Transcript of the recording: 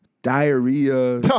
Diarrhea